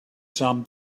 some